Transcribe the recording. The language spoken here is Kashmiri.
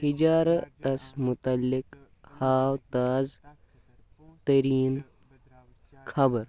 ہجارَتس مُعلق ہاو تاز تریٖن خبر